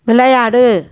விளையாடு